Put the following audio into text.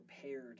prepared